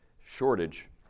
shortage